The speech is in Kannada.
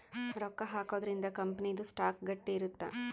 ರೊಕ್ಕ ಹಾಕೊದ್ರೀಂದ ಕಂಪನಿ ದು ಸ್ಟಾಕ್ ಗಟ್ಟಿ ಇರುತ್ತ